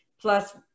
plus